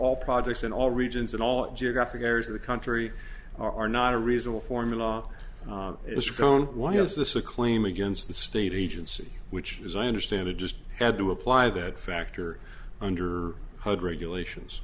all projects in all regions and all geographic areas of the country are not a reasonable formula is gone why is this a claim against the state agency which as i understand it just had to apply that factor under hud regulations